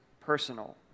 personal